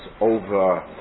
over